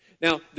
Now